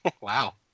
Wow